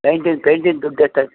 ಪೇಂಯ್ಟಿಂದು ಪೇಂಯ್ಟಿಂದು ದುಡ್ಡು ಎಷ್ಟಾಗುತ್ತೆ